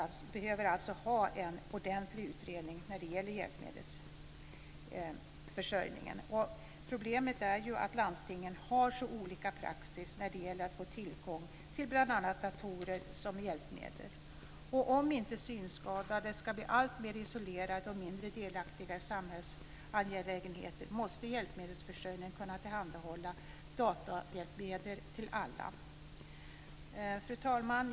Vi behöver alltså ha en ordentlig utredning när det gäller hjälpmedelsförsörjningen. Problemet är ju att landstingen har så olika praxis när det gäller att få tillgång till bl.a. datorer som hjälpmedel. Om inte synskadade ska bli alltmer isolerade och allt mindre delaktiga i samhällsangelägenheter måste hjälpmedelsförsörjningen kunna tillhandahålla datahjälpmedel till alla. Fru talman!